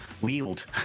wield